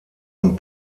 und